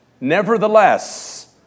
Nevertheless